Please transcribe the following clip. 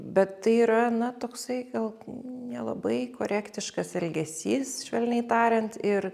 bet tai yra na toksai gal nelabai korektiškas elgesys švelniai tariant ir